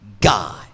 God